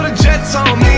jet's on